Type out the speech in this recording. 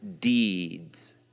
deeds